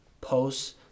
posts